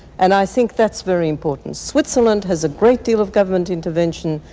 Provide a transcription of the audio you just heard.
and i think that's very important. switzerland has a great deal of government intervention.